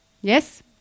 Yes